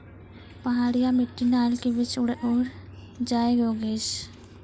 पहाड़िया मिट्टी नारियल के वृक्ष उड़ जाय योगेश?